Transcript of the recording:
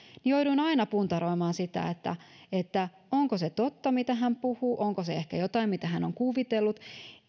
ja jouduin aina puntaroimaan sitä onko se totta mitä hän puhuu onko se ehkä jotain mitä hän on kuvitellut